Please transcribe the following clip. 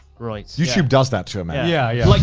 right. youtube does that to a man. yeah, yeah. like